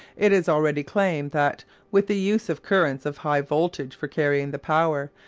it is already claimed that with the use of currents of high voltage for carrying the power,